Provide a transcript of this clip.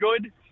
good